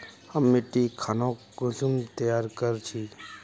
हम मिट्टी खानोक कुंसम तैयार कर छी?